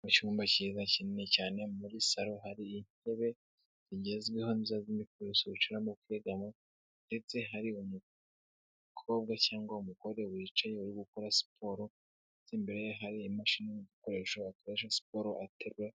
Mu cyumba kiza kinini cyane, muri saro hari intebe zigezweho nziza z'imifariso wicaramo ukegama, ndetse hari umukobwa cyangwa umugore wicaye uri gukora siporo, ndetse imbereye hari imashini, ibikoresho akoresha akora siporo aterura,